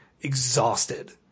exhausted